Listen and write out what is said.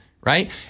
right